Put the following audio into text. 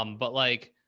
um but like,